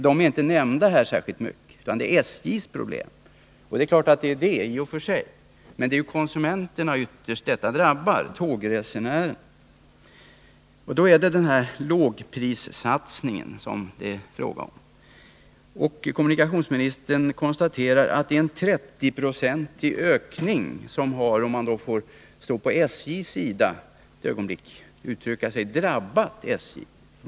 De nämns inte här, utan det talas om SJ:s problem. Det är klart att SJ i och för sig har problem, men det är konsumenterna, tågresenärerna, som ytterst drabbas, och då är det lågprissatsningen det är fråga om. — Kommunikationsministern konstaterar att det är en 30-procentig ökning som har, om man får stå på SJ:s sida ett ögonblick, drabbat SJ.